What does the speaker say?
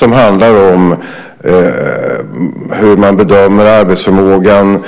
Det handlar om hur man bedömer arbetsförmågan